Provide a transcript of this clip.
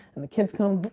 and the kids come.